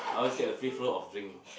I always get the free flow of drink